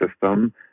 system